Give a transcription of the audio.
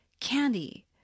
candy